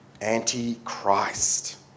anti-Christ